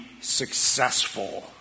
successful